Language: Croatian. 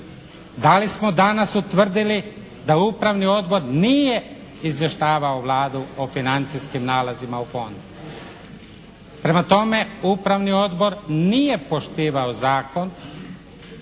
Da li smo danas utvrdili da Upravni odbor nije izvještavao Vladu o financijskim nalazima u Fondu? Prema tome Upravni odbor nije poštivao zakon